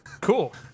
Cool